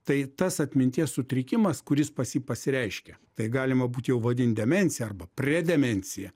tai tas atminties sutrikimas kuris pas jį pasireiškia tai galima būt jau vadint demencija arba predemencija